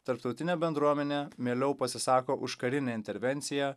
tarptautinė bendruomenė mieliau pasisako už karinę intervenciją